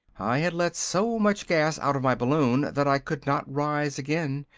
i had let so much gas out of my balloon that i could not rise again,